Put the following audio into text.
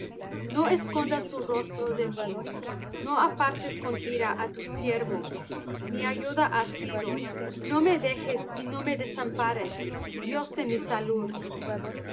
no escondas tu rostro de mí no apartes con ira á tu siervo mi ayuda has sido no me dejes y no me desampares dios de mi salud